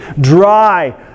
dry